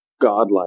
godlike